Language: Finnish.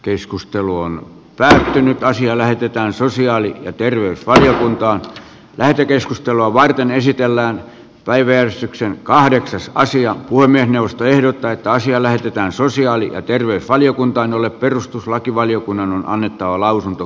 puhemiesneuvosto ehdottaa että asia lähetetään sosiaali ja terveysvaliokuntaan lähetekeskustelua varten esitellään päiväjärjestykseen kahdeksas passia huimien ostoehdot täyttä asiaa lähestytään sosiaali ja terveysvaliokuntaan jolle perustuslakivaliokunnan on annettava lausunto